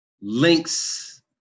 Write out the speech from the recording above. links